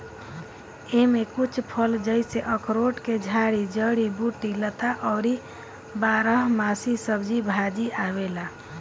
एमे कुछ फल जइसे अखरोट के झाड़ी, जड़ी बूटी, लता अउरी बारहमासी सब्जी भाजी आवेला